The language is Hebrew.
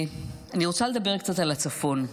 אני רוצה לדבר קצת על הצפון.